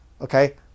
Okay